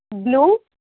blue